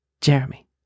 Jeremy